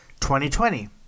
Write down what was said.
2020